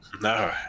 No